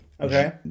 Okay